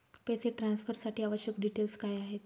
पैसे ट्रान्सफरसाठी आवश्यक डिटेल्स काय आहेत?